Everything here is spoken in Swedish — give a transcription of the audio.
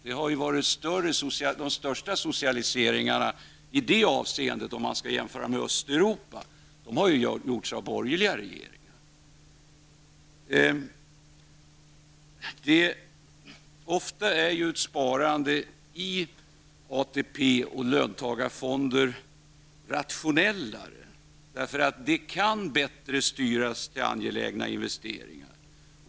De största socialiseringarna i detta avseende -- om man skall jämföra med Östeuropa -- har ju genomförts av borgerliga regeringar. Ofta är ett sparande i ATP och löntagarfonder rationellare. Det kan bättre styras till angelägna investeringar.